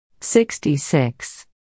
66